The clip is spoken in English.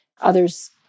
Others